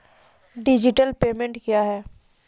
Digital payment क्या हैं?